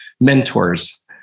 mentors